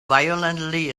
violently